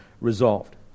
resolved